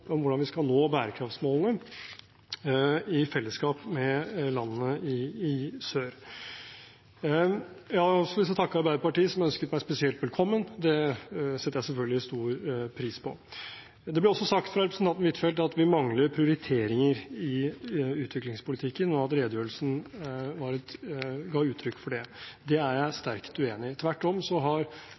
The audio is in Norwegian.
om hvordan vi skal nå bærekraftsmålene i fellesskap med landene i sør. Jeg har også lyst til å takke Arbeiderpartiet som ønsket meg spesielt velkommen – det setter jeg selvfølgelig stor pris på. Det ble også sagt fra representanten Huitfeldt at vi mangler prioriteringer i utviklingspolitikken, og at redegjørelsen ga uttrykk for det. Det er jeg sterkt uenig i. Tvert om